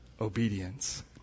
obedience